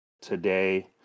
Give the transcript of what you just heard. today